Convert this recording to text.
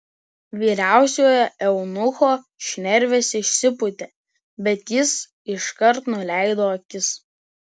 vyriausiojo eunucho šnervės išsipūtė bet jis iškart nuleido akis